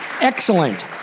Excellent